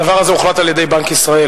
הדבר הזה הוחלט על-ידי בנק ישראל,